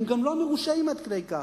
הם גם לא מרושעים עד כדי כך.